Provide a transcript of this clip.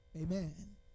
Amen